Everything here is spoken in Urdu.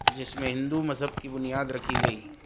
جس میں ہندو مذہب کی بنیاد رکھی گئی